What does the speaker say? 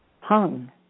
hung